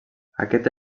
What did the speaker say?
aquest